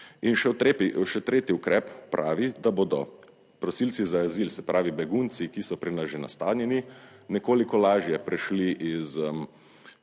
še tretji ukrep pravi, da bodo prosilci za azil, se pravi begunci, ki so pri nas že nastanjeni, nekoliko lažje prešli iz